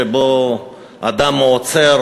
שבו אדם עוצר,